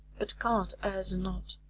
but god errs not.